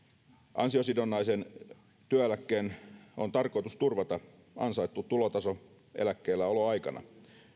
ansiosidonnaisen työeläkkeen on tarkoitus turvata ansaittu tulotaso eläkkeelläoloaikana